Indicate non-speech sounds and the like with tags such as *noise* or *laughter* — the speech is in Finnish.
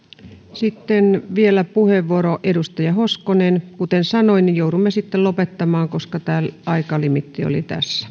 sitten vielä puheenvuoro edustaja hoskonen kuten sanoin joudumme sitten lopettamaan koska tämä aikalimiitti oli tässä *unintelligible*